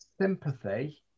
sympathy